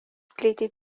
plyti